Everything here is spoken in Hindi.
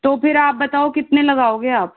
तो फिर आप बताओ कितने लगाओगे आप